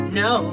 no